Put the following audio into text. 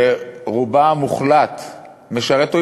שרובה המוחלט משרת.